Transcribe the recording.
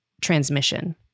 transmission